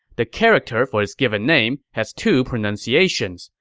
the character for his given name has two pronunciations,